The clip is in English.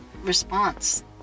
response